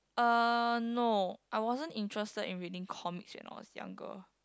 uh no I wasn't interested in reading comics when I was younger